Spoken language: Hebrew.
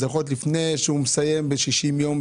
זה יכול להיות לפני שהוא מסיים ב-60 ימים,